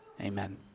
Amen